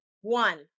One